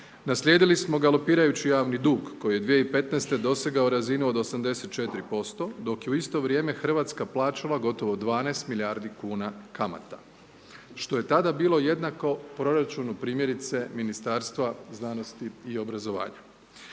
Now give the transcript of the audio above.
Naslijedili smo galopirajući javni dug koji je 2015.-te dosegao razinu od 84%, dok je u isto vrijeme RH plaćala gotovo 12 milijardi kuna kamata, što je tada bilo jednako proračunu primjerice Ministarstva znanosti i obrazovanja.